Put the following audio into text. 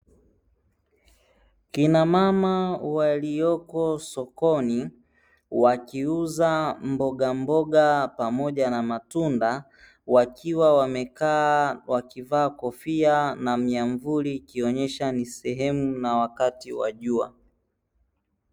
Kina mama waliopo sokoni wakiuza mbogamboga na pamoja matunda, wakiwa wamekaa wakivaa kofia na miamvuli ikionesha ni sehemu ya wakati wa jua.